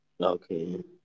Okay